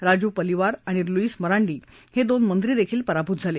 राजू पलिवार आणि लुईस मरांडी हे दोन मंत्रीही पराभूत झाले